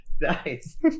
nice